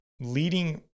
leading